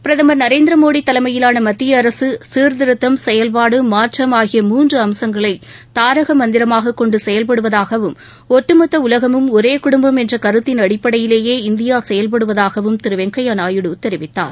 பிரதமர் திரு நரேந்திரமோடி தலைமயிலான மத்திய அரசு சீர்திருத்தம் செயல்பாடு மாற்றம் ஆகிய மூன்று அம்சங்களை தாரக மந்திரமாகக் கொண்டு செயல்படுவதாகவும் ஒட்டுமொத்த உலகமும் ஒரே குடும்பம் என்ற கருத்தின் அடிப்படையிலேயே இந்தியா செயல்படுவதாகவும் திரு வெங்கையா நாயுடு தெரிவித்தார்